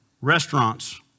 Restaurants